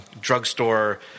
drugstore